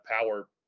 power